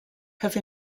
have